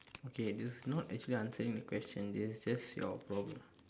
okay that's not actually answering the question that's just your problem